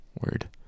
word